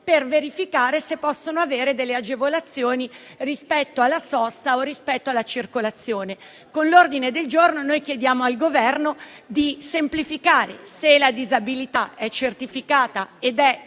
per verificare se possono avere delle agevolazioni rispetto alla sosta o rispetto alla circolazione. Con questo ordine del giorno, noi chiediamo al Governo, se la disabilità è certificata ed è